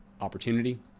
opportunity